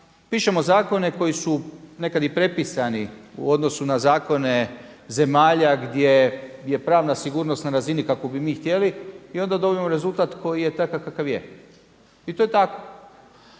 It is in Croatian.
pišemo zakone koji su nekada i prepisani u odnosu na zakone zemalja gdje je pravna sigurnost na razini kakvu bi mi htjeli i onda dobivamo rezultat koji je takav kakav je i to je tako.